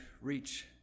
reach